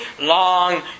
long